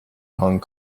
hong